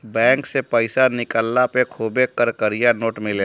bank से पईसा निकलला पे खुबे कड़कड़िया नोट मिलेला